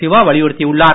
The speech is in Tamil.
சிவா வலியுறுத்தியுள்ளார்